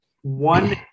one